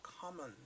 common